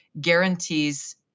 guarantees